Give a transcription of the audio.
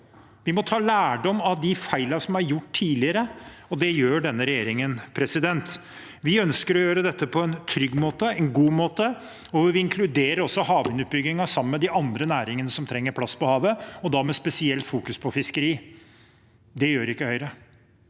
Vi må ta lærdom av de feilene som er gjort tidligere, og det gjør denne regjeringen. Vi ønsker å gjøre dette på en trygg måte, en god måte, og vi inkluderer også havvindutbyggingen sammen med de andre næringene som trenger plass på havet, da med spesielt fokus på fiskeri. Det gjør ikke Høyre.